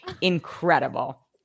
incredible